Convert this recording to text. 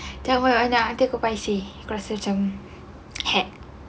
cara awak nak ada ke paiseh rasa macam had